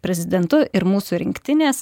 prezidentu ir mūsų rinktinės